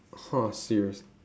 !huh! serious